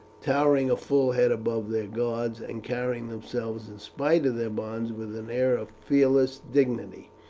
towering a full head above their guards, and carrying themselves, in spite of their bonds, with an air of fearless dignity.